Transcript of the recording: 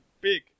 big